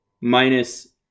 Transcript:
Minus